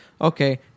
okay